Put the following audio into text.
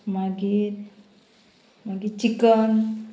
मागीर मागी चिकन